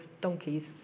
donkeys